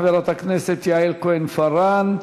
חברת הכנסת יעל כהן-פארן,